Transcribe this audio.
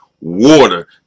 Water